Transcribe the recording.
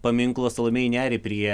paminklo salomėjai neriai prie